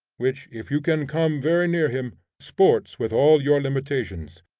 which, if you can come very near him, sports with all your limitations.